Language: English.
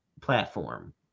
platform